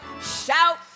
shout